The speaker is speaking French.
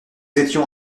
étions